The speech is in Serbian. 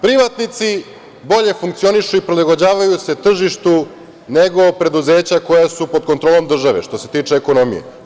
Privatnici bolje funkcionišu i prilagođavaju se tržištu nego preduzeća koja su pod kontrolom države, što se tiče ekonomije.